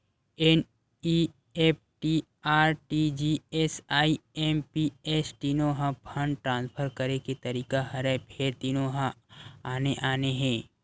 NEFT, RTGS, IMPS तीनो ह fund transfer करे के तरीका हरय फेर तीनो ह आने आने हे